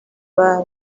baba